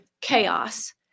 chaos